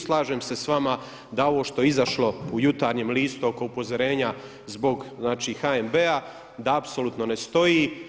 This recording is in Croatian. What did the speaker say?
Slažem se s vama da ovo što je izašlo u Jutarnjem listu oko upozorenja zbog znači HNB-a da apsolutno ne stoji.